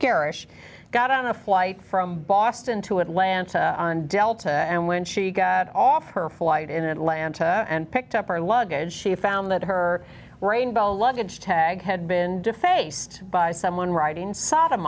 harish got on a flight from boston to atlanta on delta and when she got off her flight in atlanta and picked up her luggage she found that her rainbow luggage tag had been defaced by someone writing sa